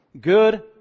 Good